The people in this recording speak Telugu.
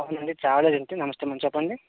అవును అండి ట్రావెల్ ఏజెంటే నమస్తే మేము చెప్పండి